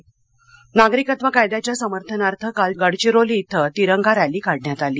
rally Gadchiroli नागरिकत्व कायद्याच्या समर्थनार्थ काल गडचिरोली इथं तिरंगा रॅली काढण्यात आली